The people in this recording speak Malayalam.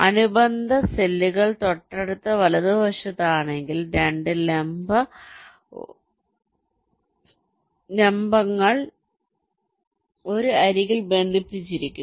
അനുബന്ധ സെല്ലുകൾ തൊട്ടടുത്ത് വലതുവശത്താണെങ്കിൽ 2 ലംബങ്ങൾ ഒരു അരികിൽ ബന്ധിപ്പിച്ചിരിക്കുന്നു